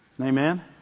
Amen